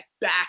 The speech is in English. back